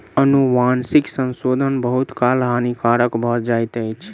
अनुवांशिक संशोधन बहुत काल हानिकारक भ जाइत अछि